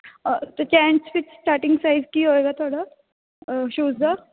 ਅਤੇ ਜੈਂਟਸ ਵਿੱਚ starting price ਕੀ ਹੋਏਗਾ ਤੁਹਾਡਾ ਸ਼ੂਜ਼ ਦਾ